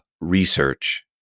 research